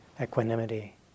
equanimity